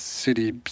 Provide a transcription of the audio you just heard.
city